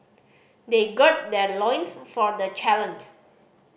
they gird their loins for the challenge